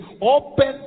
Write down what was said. open